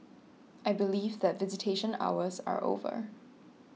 I believe that visitation hours are over